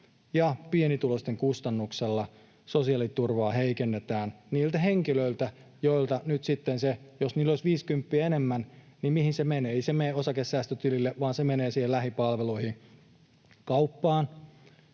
ja pienituloisten kustannuksella sosiaaliturvaa heikennetään niiltä henkilöiltä, joilta nyt sitten se... Jos näillä olisi viisikymppiä enemmän, niin mihin se menee? Ei se mene osakesäästötilille, vaan se menee niihin lähipalveluihin: kauppaan,